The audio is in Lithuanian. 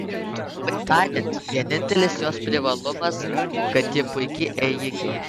trumpai tariant vienintelis jos privalumas kad ji puiki ėjikė